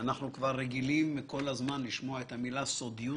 אנחנו רגילים לשמוע את המילה "סודיות".